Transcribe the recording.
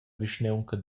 vischnaunca